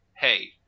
hey